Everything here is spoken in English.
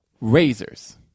Razors